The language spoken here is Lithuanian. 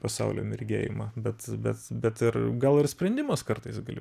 pasaulio mirgėjimą bet bet bet ir gal ir sprendimas kartais gali